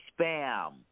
spam